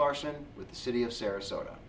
larson with the city of sarasota